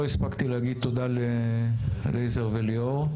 לא הספקתי להגיד תודה ללייזר ולליאור.